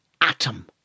atom